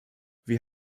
wir